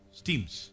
steams